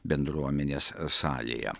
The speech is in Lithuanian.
bendruomenės salėje